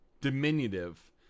diminutive